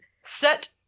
set